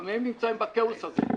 גם הם נמצאים בכאוס הזה.